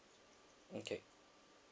okay